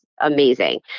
amazing